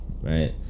right